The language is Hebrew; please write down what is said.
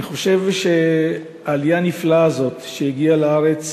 אני חושב שהעלייה הנפלאה הזאת, שהגיעה לארץ